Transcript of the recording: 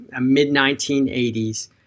mid-1980s